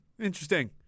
interesting